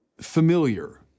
familiar